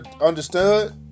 understood